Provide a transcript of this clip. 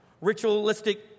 ritualistic